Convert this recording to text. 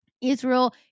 Israel